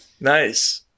Nice